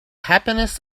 happiness